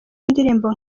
ndirimbo